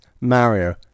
mario